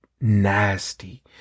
nasty